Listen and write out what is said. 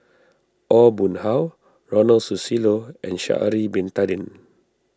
Aw Boon Haw Ronald Susilo and Sha'ari Bin Tadin